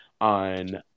on